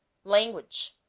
language